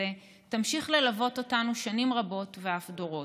תמשיך ללוות אותנו שנים רבות ואף דורות,